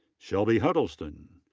shelby hudelson.